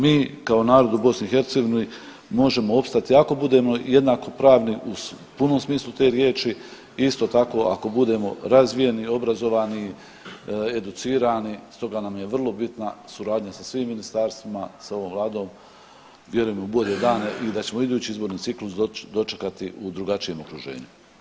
Mi kao narod u BiH možemo opstati ako budemo jednakopravni u punom smislu te riječi i isto tako ako budemo razvijeni obrazovni, educirani stoga nam je vrlo bitna suradnja sa svim ministarstvima, sa ovom vladom vjerujem u bolje dane i da ćemo izborni ciklus dočekati u drugačijem okruženju.